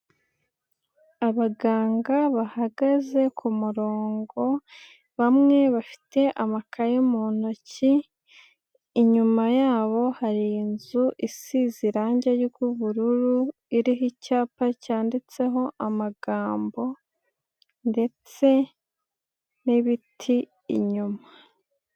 Abaganga bahagaze ku murongo, bamwe bafite amakaye mu ntoki, inyuma yabo hari inzu isize irangi ry'ubururu, iriho icyapa cyanditseho amagambo ndetse n'ibiti inyuma.